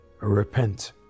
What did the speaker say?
repent